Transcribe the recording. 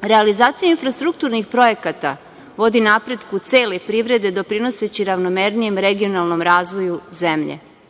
realizacija infrastrukturnih projekata vodi napretku cele privrede, doprinoseći ravnomernijem regionalnom razvoju zemlje.